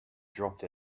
dropped